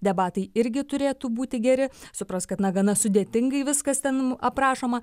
debatai irgi turėtų būti geri suprask kad na gana sudėtingai viskas ten aprašoma